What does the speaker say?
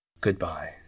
Goodbye